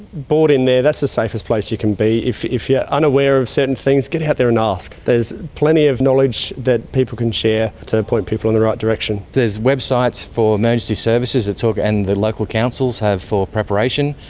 board in there, that's the safest place to you can be. if if you're unaware of certain things get out there and ask. there's plenty of knowledge that people can share to point people in the right direction. there's websites for emergency services and the local councils have for preparation,